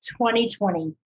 2020